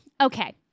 okay